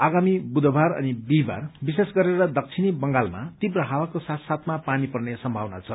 आगामी बुधबार अनि बिहिबार विशेष गरेर दक्षिणी बंगालमा तीव्र हावाको साथ साथमा पानी पर्ने सम्भावना छ